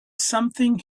something